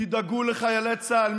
תדאגו לחיילי צה"ל.